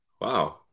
Wow